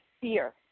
fear